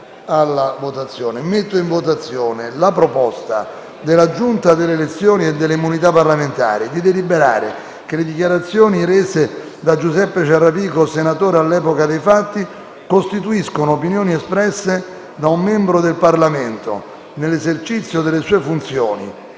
con scrutinio simultaneo della proposta della Giunta delle elezioni e delle immunità parlamentari di deliberare che le dichiarazioni rese dal signor Giuseppe Ciarrapico, senatore all'epoca dei fatti, costituiscono opinioni espresse da un membro del Parlamento nell'esercizio delle sue funzioni